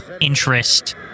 interest